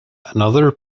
another